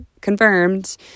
Confirmed